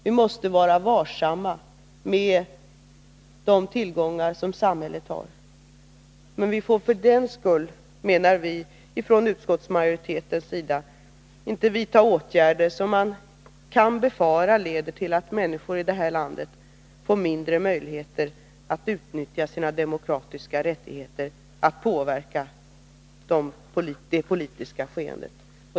Vi måste vara sparsamma med de tillgångar som samhället har, men vi får för den skull, menar utskottsmajoriteten, inte vidta åtgärder som man kan befara leder till att människor här i landet får mindre möjligheter att utnyttja sina demokratiska rättigheter, att påverka det politiska skeendet.